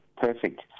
perfect